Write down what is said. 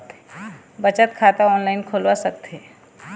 बचत खाता ऑनलाइन खोलवा सकथें?